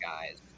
guys